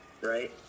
right